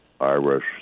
Irish